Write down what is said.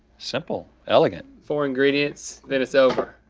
simple, elegant. four ingredients then it's over.